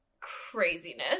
craziness